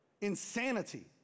insanity